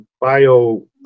bio